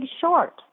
short